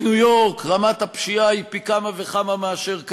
בניו-יורק רמת הפשיעה היא פי-כמה וכמה מאשר כאן,